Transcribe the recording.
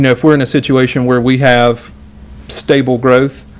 know, if we're in a situation where we have stable growth,